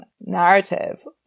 narrative